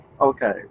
Okay